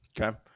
okay